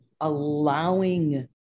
allowing